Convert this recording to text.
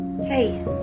Hey